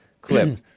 clip